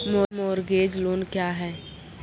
Mortgage loan क्या है?